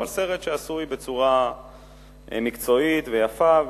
אבל סרט שעשוי בצורה מקצועית ויפה,